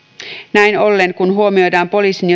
näin ollen kun huomioidaan poliisin